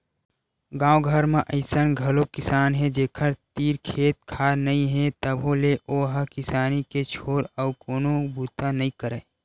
गाँव घर म अइसन घलोक किसान हे जेखर तीर खेत खार नइ हे तभो ले ओ ह किसानी के छोर अउ कोनो बूता नइ करय